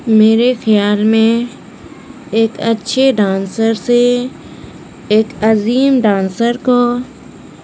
میرے خیال میں ایک اچھے ڈانسر سے ایک عظیم ڈانسر کو